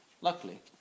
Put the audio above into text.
luckily